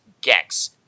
Gex